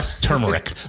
Turmeric